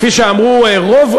כפי שאמרו רוב,